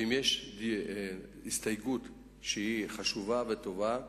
ואם יש הסתייגות שהיא חשובה וטובה,